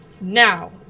Now